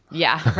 yeah,